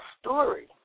story